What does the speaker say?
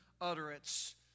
utterance